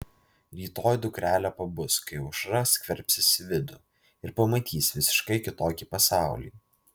rytoj dukrelė pabus kai aušra skverbsis į vidų ir pamatys visiškai kitokį pasaulį